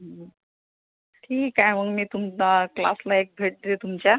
ठीक आहे मग मी क्लासला एक भेट देते तुमच्या